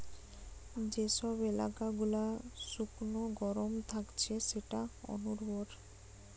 যে সব এলাকা গুলা শুকনো গরম থাকছে সেটা অনুর্বর